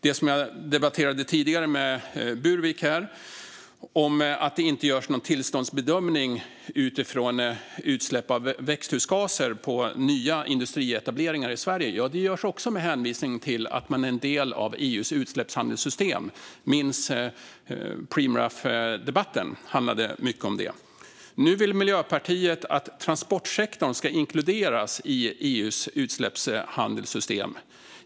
Det som jag debatterade tidigare med Burwick här, att det inte görs någon tillståndsbedömning utifrån utsläpp av växthusgaser för nya industrietableringar i Sverige, görs också med hänvisning till att man är en del av EU:s utsläppshandelssystem. Minns Preemraffdebatten, som handlade mycket om det. Nu vill Miljöpartiet att transportsektorn ska inkluderas i EU:s utsläppshandelssystem.